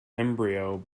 embryo